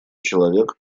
человек